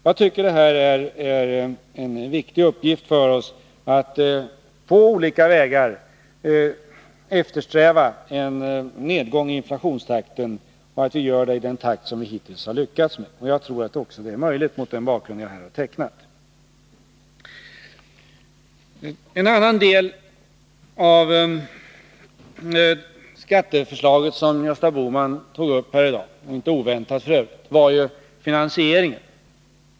Jag tycker att det är en viktig uppgift för oss att på olika vägar eftersträva en nedgång i inflationstakten och att vi gör det i den takt som vi hittills har lyckats med. Jag tror att det är möjligt mot den bakgrund jag här har tecknat. En annan del av skatteförslaget som Gösta Bohman inte helt oväntat tog upp här i dag är finansieringen.